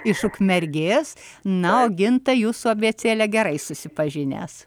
iš ukmergės na o gintai jūs su abėcėle gerai susipažinęs